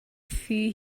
thŷ